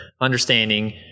understanding